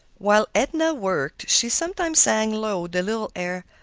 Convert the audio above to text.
while edna worked she sometimes sang low the little air,